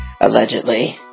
allegedly